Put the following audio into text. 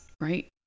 right